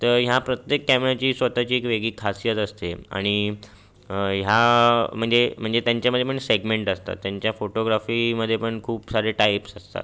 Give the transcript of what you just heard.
तर ह्या प्रत्येक कॅमेराची स्वतःची एक वेगळी खासियत असते आणि ह्या म्हणजे म्हणजे त्यांच्यामध्येपण सेगमेंट असतात त्यांच्या फोटोग्राफीमध्येपण खूप सारे टाईप्स असतात